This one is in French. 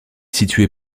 situé